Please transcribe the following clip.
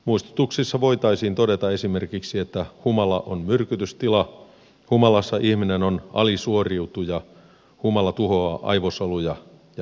muistutuksissa voitaisiin todeta esimerkiksi että humala on myrkytystila humalassa ihminen on alisuoriutuja humala tuhoaa aivosoluja ja niin edelleen